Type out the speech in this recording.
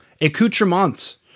accoutrements